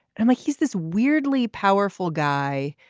and like he's this weirdly powerful guy.